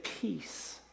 peace